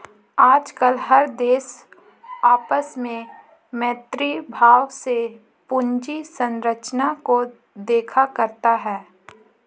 आजकल हर देश आपस में मैत्री भाव से पूंजी संरचना को देखा करता है